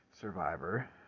survivor